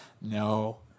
no